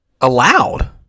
allowed